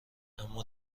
اما